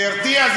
זה הרתיע?